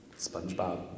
Spongebob